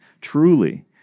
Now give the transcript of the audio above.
truly